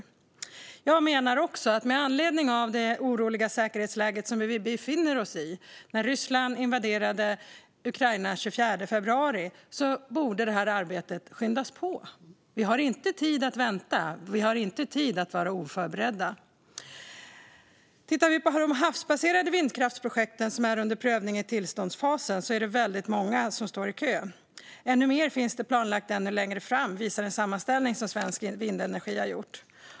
Jag menar också att detta arbete borde skyndas på med anledning av det oroliga säkerhetsläge som vi befinner oss i efter att Ryssland invaderade Ukraina den 24 februari. Vi har inte tid att vänta eller att vara oförberedda. Om vi tittar på de havsbaserade vindkraftsprojekt som är under prövning i tillståndsfasen ser vi att det är väldigt många som står i kö. Ännu mer finns planlagt längre fram, visar en sammanställning som Svensk Vindenergi har gjort.